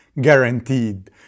Guaranteed